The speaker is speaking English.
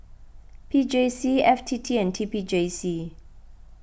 P J C F T T and T P J C